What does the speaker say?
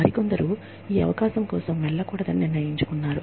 మరికొందరు ఈ అవకాశం కోసం వెళ్లకూడదని నిర్ణయించుకున్నారు